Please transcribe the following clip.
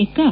ಎಕ್ಕಾ